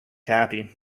happy